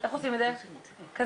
איך עושים את זה?', כזה.